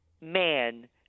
man